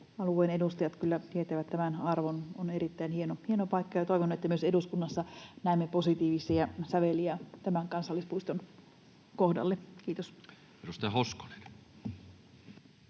alueen edustajat kyllä tietävät tämän arvon. Se on erittäin hieno paikka, ja toivon, että myös eduskunnassa näemme positiivisia säveliä tämän kansallispuiston kohdalla. — Kiitos.